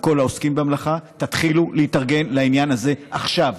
לכל העוסקים במלאכה: תתחילו להתארגן לעניין הזה עכשיו,